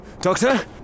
Doctor